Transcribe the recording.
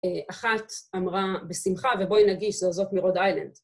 אחת אמרה בשמחה, ובואי נגיש. זו הזאת מרוד איילנד.